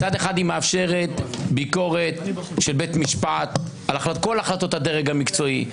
מצד אחד היא מאפשרת ביקורת של בית משפט על כל החלטות הדרג המקצועי,